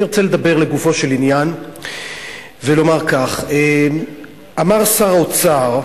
אני רוצה לדבר לגופו של עניין ולומר כך: אמר שר האוצר,